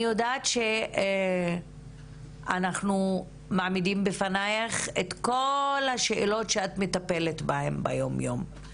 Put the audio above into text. אני יודעת שאנחנו מעמידים בפנייך את כל השאלות שאת מטפלת בהן ביום-יום.